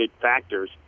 factors